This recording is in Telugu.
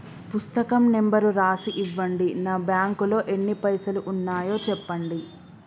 పుస్తకం నెంబరు రాసి ఇవ్వండి? నా బ్యాంకు లో ఎన్ని పైసలు ఉన్నాయో చెప్పండి?